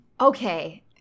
Okay